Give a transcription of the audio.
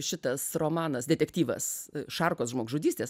šitas romanas detektyvas šarkos žmogžudystės